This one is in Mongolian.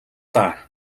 даа